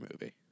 movie